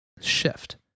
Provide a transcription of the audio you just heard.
shift